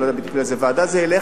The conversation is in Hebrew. אני לא יודע בדיוק לאיזו ועדה זה ילך,